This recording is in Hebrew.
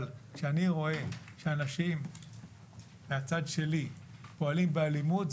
אבל כשאני רואה את האנשים מהצד שלי פועלים באלימות,